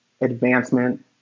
advancement